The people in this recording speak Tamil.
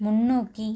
முன்னோக்கி